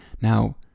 Now